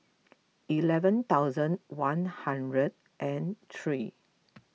eleven thousand one hundred and three